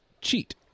cheat